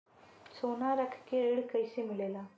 सोना रख के ऋण कैसे मिलेला?